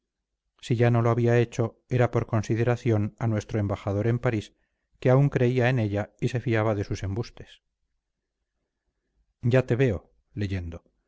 si ya no lo había hecho era por consideración a nuestro embajador en parís que aún creía en ella y se fiaba de sus embustes ya te veo